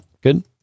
good